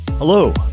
Hello